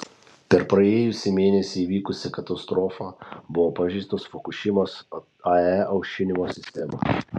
per praėjusį mėnesį įvykusią katastrofą buvo pažeistos fukušimos ae aušinimo sistemos